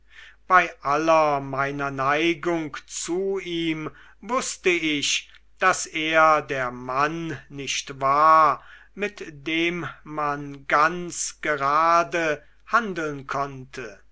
bei aller meiner neigung zu ihm wußte ich daß er der mann nicht war mit dem man ganz gerade handeln konnte